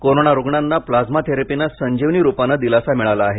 corona रुग्णांना plasma थेरेपीने संजीवनी रूपाने दिलासा मिळाला आहे